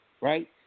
Right